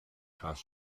has